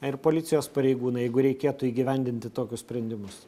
ir policijos pareigūnai jeigu reikėtų įgyvendinti tokius sprendimus